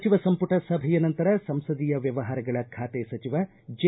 ಸಚಿವ ಸಂಪುಟ ಸಭೆಯ ನಂತರ ಸಂಸದೀಯ ವ್ಯವಹಾರಗಳ ಬಾತೆ ಸಚಿವ ಜೆ